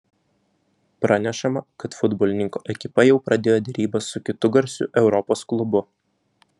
pranešama kad futbolininko ekipa jau pradėjo derybas su kitu garsiu europos klubu